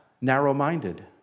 narrow-minded